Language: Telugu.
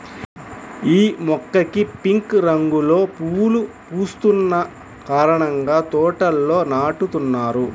యీ మొక్కకి పింక్ రంగులో పువ్వులు పూస్తున్న కారణంగా తోటల్లో నాటుతున్నారు